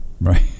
Right